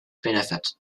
benefit